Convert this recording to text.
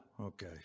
Okay